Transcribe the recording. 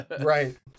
Right